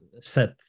set